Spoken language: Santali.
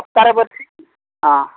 ᱦᱟᱯᱛᱟ ᱨᱮ ᱵᱟᱨᱥᱤᱧ ᱚᱻ